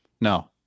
No